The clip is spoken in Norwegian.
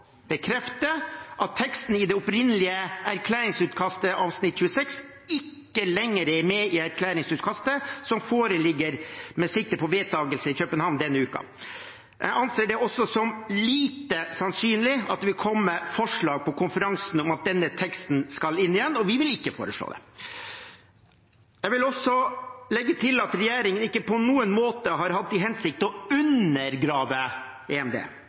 at teksten i det opprinnelige erklæringsutkastets artikkel 26 ikke lenger er med i erklæringsutkastet som foreligger med sikte med på vedtakelse i København denne uken. Jeg anser det også som lite sannsynlig at det vil komme forslag på konferansen om at denne teksten skal inn igjen, og vi vil ikke foreslå det. Jeg vil også legge til at regjeringen ikke på noen måte har hatt til hensikt å undergrave EMD,